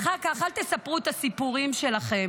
אף אחד לא דוחה את הגזענות ברחוב.